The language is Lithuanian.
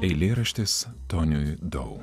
eilėraštis toniui dau